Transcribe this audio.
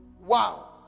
wow